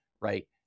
right